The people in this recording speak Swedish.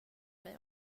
mig